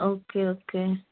okay okay